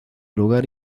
lugar